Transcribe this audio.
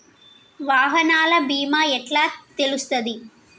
వాహనాల బీమా ఎట్ల తెలుస్తది?